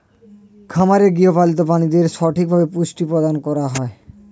খামারে গৃহপালিত প্রাণীদের সঠিকভাবে পুষ্টি প্রদান করা হয়